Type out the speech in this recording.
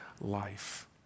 life